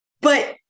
But-